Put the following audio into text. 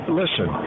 listen